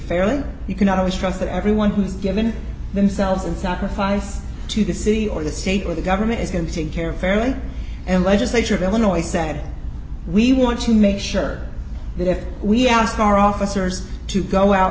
fairly you cannot always trust that everyone who has given themselves and sacrifice to the city or the state or the government is going to take care fairly and legislature of illinois said we want to make sure that if we ask our officers to go out